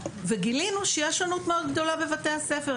וגילינו שיש שונות מאוד גדולה בבתי הספר,